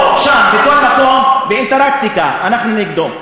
פה, שם ובכל מקום, באנטרקטיקה, אנחנו נגדו.